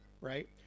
Right